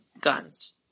guns